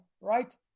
right